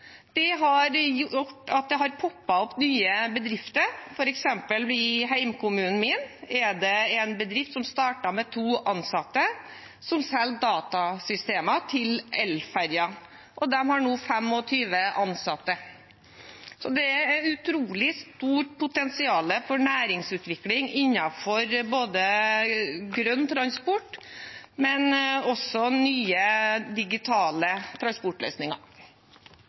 Det har gjort at det har poppet opp nye bedrifter. For eksempel er det i hjemkommunen min en bedrift som startet med to ansatte, som selger datasystemer til elferjer. De har nå 25 ansatte. Det er et utrolig stort potensial for næringsutvikling innenfor både grønn transport og nye digitale transportløsninger.